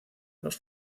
los